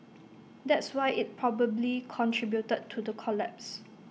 that's why IT probably contributed to the collapse